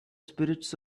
spirits